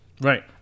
Right